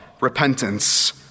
repentance